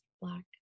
black